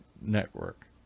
Network